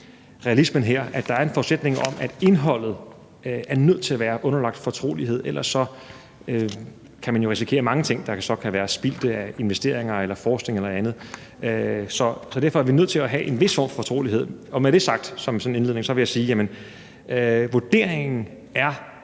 er nok det, der er det svære – at indholdet er nødt til at være underlagt fortrolighed. Ellers kan man jo risikere, at mange ting så kan være spildte; investering, forskning eller andet. Så derfor er vi nødt til at have en vis form for fortrolighed. Med det sagt som indledning, vil jeg sige, at vurderingen er